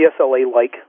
CSLA-like